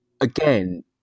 again